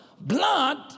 blood